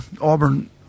Auburn